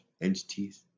entities